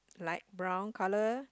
light brown colour